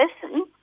person